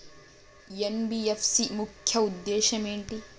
NBFC ముఖ్య ఉద్దేశం ఏంటి?